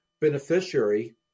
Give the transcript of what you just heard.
beneficiary